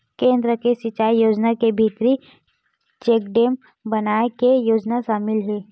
केन्द्र के सिचई योजना के भीतरी चेकडेम बनाए के योजना सामिल हे